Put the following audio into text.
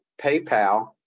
PayPal